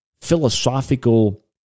philosophical